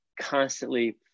constantly